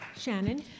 Shannon